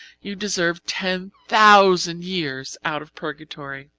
you deserve ten thousand years out of purgatory.